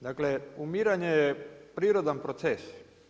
Dakle, umiranje je prirodan proces.